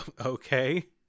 Okay